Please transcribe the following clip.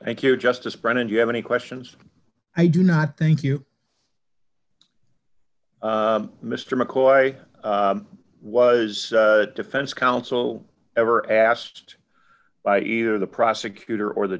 thank you justice brennan you have any questions i do not thank you mr mccoy was defense counsel ever asked by either the prosecutor or the